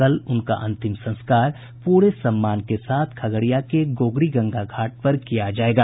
कल उनका अंतिम संस्कार प्ररे सम्मान के साथ खगड़िया के गोगरी गंगा घाट पर किया जायेगा